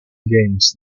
games